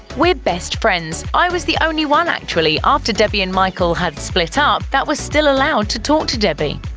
we're best friends. i was the only one, actually, after debbie and michael had split up, that was still allowed to talk to debbie.